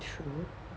true